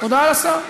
הודעה לשר,